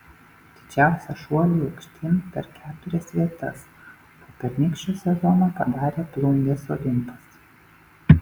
didžiausią šuolį aukštyn per keturias vietas po pernykščio sezono padarė plungės olimpas